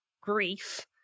grief